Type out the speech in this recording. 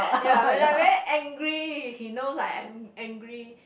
ya when I very angry he knows I am angry